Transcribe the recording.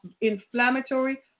inflammatory